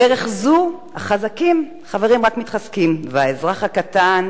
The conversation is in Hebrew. בדרך זו החזקים, חברים, רק מתחזקים, והאזרח הקטן